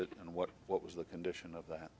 it and what what was the condition of that